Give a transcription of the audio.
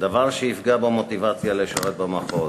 דבר שיפגע במוטיבציה לשרת במחוז.